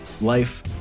life